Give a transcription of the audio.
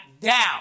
down